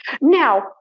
Now